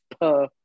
per-